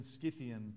Scythian